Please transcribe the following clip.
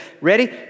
Ready